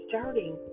starting